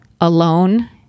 alone